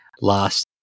last